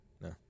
No